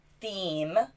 theme